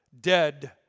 dead